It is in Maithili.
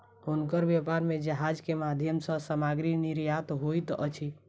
हुनकर व्यापार में जहाज के माध्यम सॅ सामग्री निर्यात होइत अछि